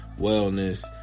wellness